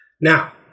Now